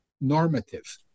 normative